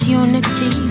unity